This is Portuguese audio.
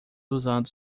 usando